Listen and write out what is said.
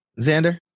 Xander